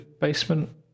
basement